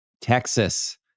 Texas